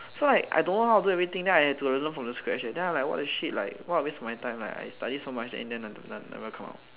so like I don't know how to do everything then I have to like learn from the scratch leh then I what the shit like what a waste of my time like I study so much then in the end never come out